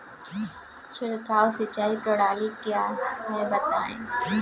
छिड़काव सिंचाई प्रणाली क्या है बताएँ?